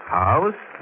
house